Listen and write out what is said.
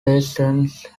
peasants